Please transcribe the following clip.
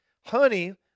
Honey